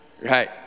right